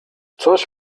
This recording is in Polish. coś